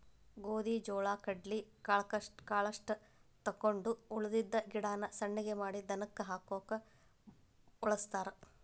ಗೋದಿ ಜೋಳಾ ಕಡ್ಲಿ ಕಾಳಷ್ಟ ತಕ್ಕೊಂಡ ಉಳದಿದ್ದ ಗಿಡಾನ ಸಣ್ಣಗೆ ಮಾಡಿ ದನಕ್ಕ ಹಾಕಾಕ ವಳಸ್ತಾರ